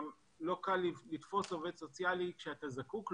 גם לא קל לתפוס עובד סוציאלי כשאתה זקוק לו.